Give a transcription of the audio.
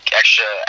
extra